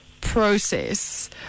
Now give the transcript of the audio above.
process